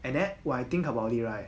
and then when I think about it right